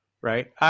right